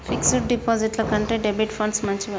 Fix డ్ డిపాజిట్ల కంటే డెబిట్ ఫండ్స్ మంచివా?